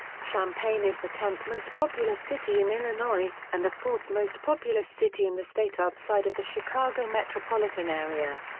champaign is the tenth-most populous city in illinois, and the fourth-most populous city in the state outside of the chicago metropolitan area.